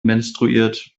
menstruiert